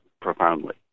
profoundly